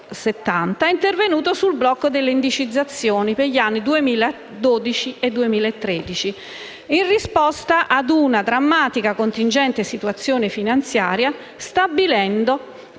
è intervenuto sul blocco dell'indicizzazione negli anni 2012 e 2013, in risposta a una drammatica contingente situazione finanziaria, stabilendo